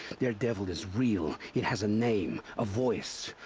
their devil is real. it has a name. a voice.